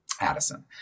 Addison